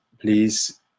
please